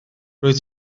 rwyt